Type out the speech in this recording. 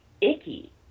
icky